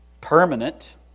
permanent